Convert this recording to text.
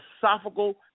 philosophical